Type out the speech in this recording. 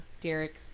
Derek